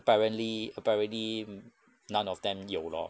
apparently apparently none of them 有 lor